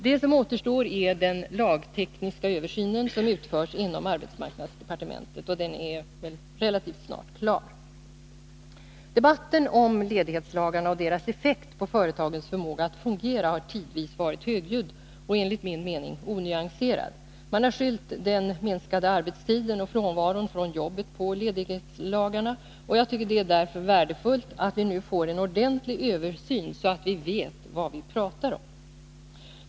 Det som återstår är den lagtekniska översynen, som utförs inom arbetsmarknadsdepartementet, och den är väl klar relativt snart. Debatten om ledighetslagarna och deras effekt på företagens förmåga att fungera har tidvis varit högljudd och enligt min mening onyanserad. Man har skyllt den minskade arbetstiden och den stora frånvaron från jobbet på ledighetslagarna. Det är därför värdefullt att vi nu får en ordentlig översyn, så att vi vet vad vi pratar om.